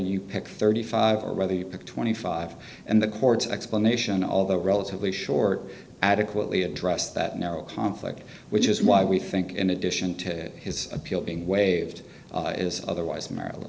pick thirty five or whether you pick twenty five and the court's explanation although relatively short adequately addressed that narrow conflict which is why we think in addition to his appeal being waived is otherwise merril